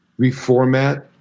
reformat